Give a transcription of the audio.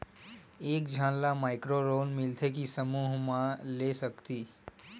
एक झन ला माइक्रो लोन मिलथे कि समूह मा ले सकती?